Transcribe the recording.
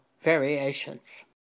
Variations